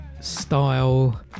style